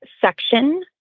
section